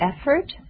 effort